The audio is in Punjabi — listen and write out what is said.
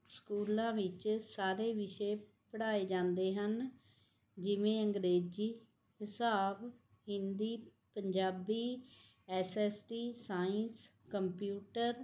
ਸਕੂਲਾਂ ਵਿੱਚ ਸਾਰੇ ਵਿਸ਼ੇ ਪੜ੍ਹਾਏ ਜਾਂਦੇ ਹਨ ਜਿਵੇਂ ਅੰਗਰੇਜ਼ੀ ਹਿਸਾਬ Hindi Punjabi S S T science computer